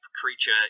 creature